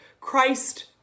Christ